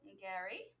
Gary